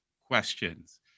questions